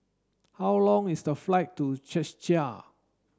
how long is the flight to Czechia